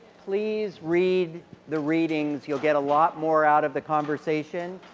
please read the readings. you will get a lot more out of the conversation.